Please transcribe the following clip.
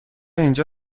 اینجا